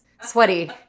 sweaty